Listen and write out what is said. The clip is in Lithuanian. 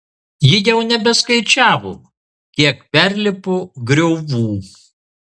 ji jau nebeskaičiavo kiek perlipo griovų